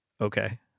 okay